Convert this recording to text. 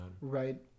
right